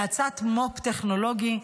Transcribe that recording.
להאצת מו"פ טכנולוגי.